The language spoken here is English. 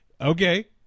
okay